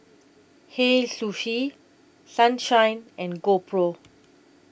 Hei Sushi Sunshine and GoPro